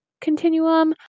continuum